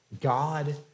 God